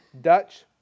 Dutch